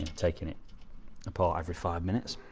taking it apart every five minutes.